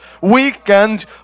weekend